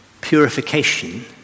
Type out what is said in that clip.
purification